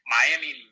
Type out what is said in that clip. Miami